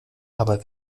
aber